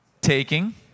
Taking